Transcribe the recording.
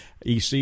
EC